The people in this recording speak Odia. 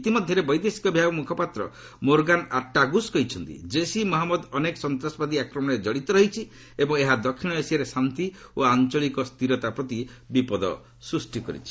ଇତିମଧ୍ୟରେ ବୈଦେଶିକ ବିଭାଗ ମୁଖପାତ୍ର ମୋରଗାନ୍ ଅର୍ଟାଗୁସ୍ କହିଛନ୍ତି ଜେସ୍ ଇ ମହମ୍ମଦ ଅନେକ ସନ୍ତାସବାଦୀ ଆକ୍ରମଣରେ ଜଡ଼ିତ ରହିଛି ଏବଂ ଏହା ଦକ୍ଷିଣ ଏସିଆରେ ଶାନ୍ତି ଓ ଆଞ୍ଚଳିକ ସ୍ଥିରତା ପ୍ରତି ବିପଦ ସ୍ଟ୍ରଷ୍ଟି କରିଛି